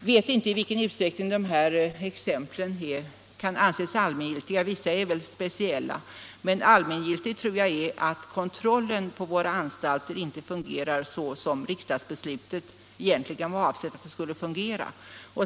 vet inte i vilken utsträckning mina exempel kan anses vara allmängiltiga. Vissa av dem är kanske speciella, men jag tror att det är allmängiltigt att kontrollen på våra anstalter inte fungerar såsom riksdagsbeslutet avsett.